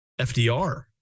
FDR